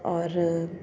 और